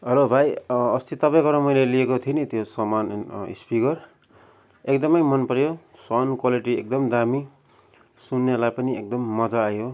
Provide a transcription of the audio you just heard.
hello भाइ अस्ति तपाईँकोबाट मैले लिएको थिएँ नि त्यो सामान स्पिकर एकदमै मनपर्यो साउन्ड क्वालिटी एकदम दामी सुन्नेलाई पनि एकदम मज्जा आयो